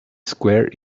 square